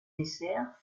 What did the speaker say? dessert